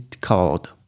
called